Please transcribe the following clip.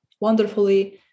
wonderfully